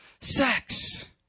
sex